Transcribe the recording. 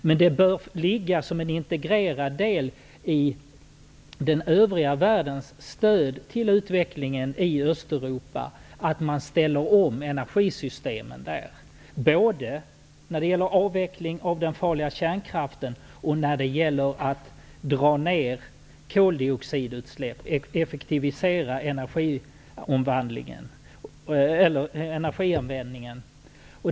Men det bör ligga som en integrerad del i den övriga världens stöd till utvecklingen i Östeuropa att man ställer om energisystemen där, både när det gäller avveckling av den farliga kärnkraften och när det gäller att dra ned koldioxidutsläppen och effektivisera energianvändningen.